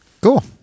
Cool